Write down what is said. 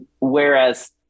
whereas